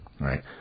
right